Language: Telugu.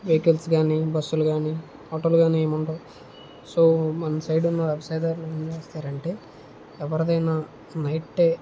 వెహికల్స్ గాని బస్సులు గాని ఆటోలు గాని ఏమి ఉండవు సో మన సైడ్ ఉన్న వ్యవసాయదారులు ఏం చేస్తారంటే ఎవరిదైనా నైట్ ఏ